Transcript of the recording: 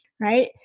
Right